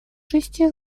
шести